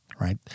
Right